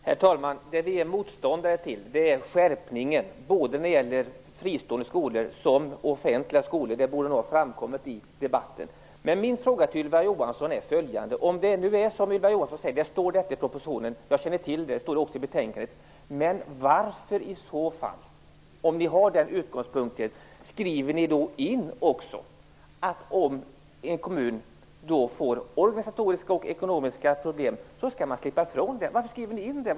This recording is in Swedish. Herr talman! Vi är motståndare till skärpningen, både när det gäller fristående skolor och när det gäller offentliga skolor. Det borde ha framkommit i debatten. Men jag har en fråga till Ylva Johansson. Det är visserligen som Ylva Johansson säger. Jag känner till att det står så i propositionen. Det står också i betänkandet. Men om ni har den utgångspunkten, varför skriver ni också att om en kommun får organisatoriska och ekonomiska problem skall man slippa att ta emot eleven? Varför skriver ni in det?